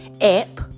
app